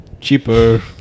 Cheaper